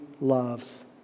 loves